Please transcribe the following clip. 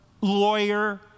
lawyer